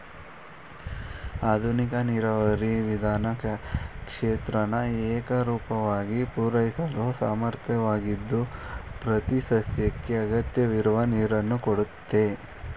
ಆಧುನಿಕ ನೀರಾವರಿ ವಿಧಾನ ಕ್ಷೇತ್ರನ ಏಕರೂಪವಾಗಿ ಪೂರೈಸಲು ಸಮರ್ಥವಾಗಿದ್ದು ಪ್ರತಿಸಸ್ಯಕ್ಕೆ ಅಗತ್ಯವಿರುವ ನೀರನ್ನು ಕೊಡುತ್ತೆ